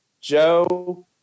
Joe